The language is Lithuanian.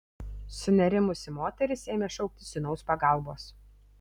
sunerimusi moteris ėmė šauktis sūnaus pagalbos